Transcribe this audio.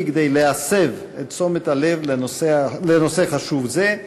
כדי להסב את תשומת הלב לנושא חשוב זה,